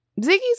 Ziggy's